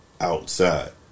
outside